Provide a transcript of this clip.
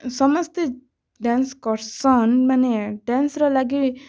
ସମସ୍ତେ ଡ୍ୟାନ୍ସ୍ କର୍ସନ୍ ମାନେ ଡ୍ୟାନ୍ସ୍ର ଲାଗି